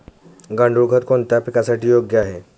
गांडूळ खत कोणत्या पिकासाठी योग्य आहे?